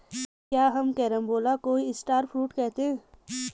क्या हम कैरम्बोला को ही स्टार फ्रूट कहते हैं?